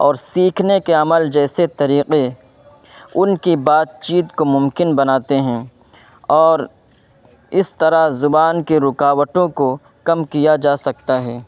اور سیکھنے کے عمل جیسے طریقے ان کی بات چیت کو ممکن بناتے ہیں اور اس طرح زبان کی رکاوٹوں کو کم کیا جا سکتا ہے